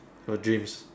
your dreams